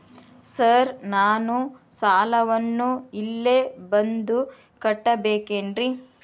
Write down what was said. Sir ನಾನು ಸಾಲವನ್ನು ಇಲ್ಲೇ ಬಂದು ಕಟ್ಟಬೇಕೇನ್ರಿ?